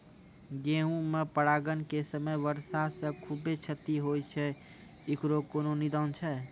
गेहूँ मे परागण के समय वर्षा से खुबे क्षति होय छैय इकरो कोनो निदान छै?